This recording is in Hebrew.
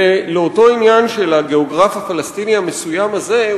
לאותו עניין של הגיאוגרף הפלסטיני המסוים הזה,